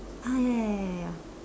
ah ya ya ya ya ya